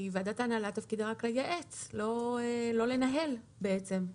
ועדת ההנהלה - תפקידה רק לייעץ ולא לנהל, בעצם.